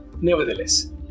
Nevertheless